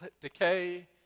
decay